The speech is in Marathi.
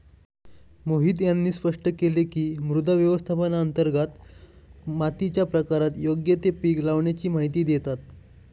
मोहित यांनी स्पष्ट केले की, मृदा व्यवस्थापनांतर्गत मातीच्या प्रकारात योग्य ते पीक लावाण्याची माहिती देतात